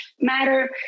matter